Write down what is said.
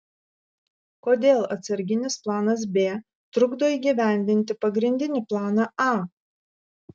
kodėl atsarginis planas b trukdo įgyvendinti pagrindinį planą a